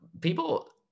people